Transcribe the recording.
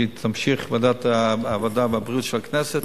שוועדת העבודה והבריאות של הכנסת